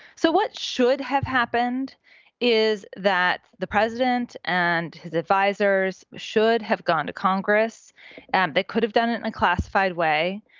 so what should have happened is that the president and his advisers should have gone to congress and they could have done it in a classified way,